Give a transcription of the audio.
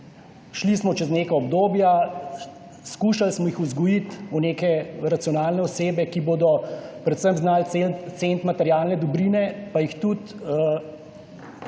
Šli smo čez neka obdobja, skušali smo jih vzgojiti v neke racionalne osebe, ki bodo predvsem znale ceniti materialne dobrine in tudi